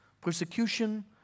persecution